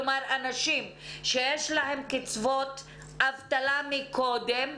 כלומר, אנשים שיש להם קצבאות אבטלה מקודם,